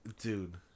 Dude